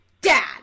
Dad